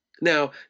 Now